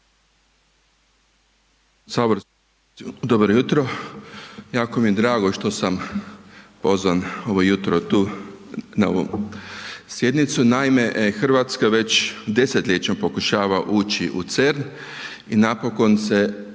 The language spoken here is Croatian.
Dobro jutro, jako mi je drago što sam pozvan ovo jutro tu na ovu sjednicu. Naime, RH već desetljećem pokušava ući u CERN i napokon se